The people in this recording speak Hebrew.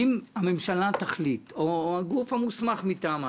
אם הממשלה תחליט או הגוף המוסמך מטעמה,